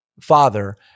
father